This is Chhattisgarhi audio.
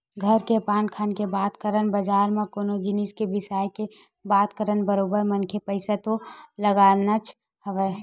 घर के खान पान के बात करन बजार म कोनो जिनिस के बिसाय के बात करन बरोबर मनखे ल पइसा तो लगानाच हवय